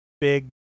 big